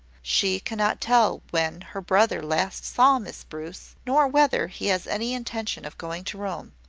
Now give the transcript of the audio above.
she cannot tell when her brother last saw miss bruce, nor whether he has any intention of going to rome.